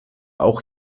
auch